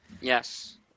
Yes